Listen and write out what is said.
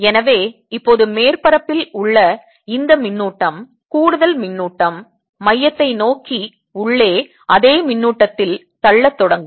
எனவே இப்போது மேற்பரப்பில் உள்ள இந்த மின்னூட்டம் கூடுதல் மின்னூட்டம் மையத்தை நோக்கி உள்ளே அதே மின்னூட்டத்தில் தள்ளத் தொடங்கும்